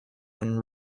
and